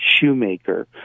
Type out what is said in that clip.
Shoemaker